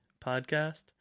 podcast